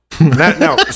no